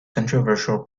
controversial